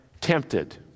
tempted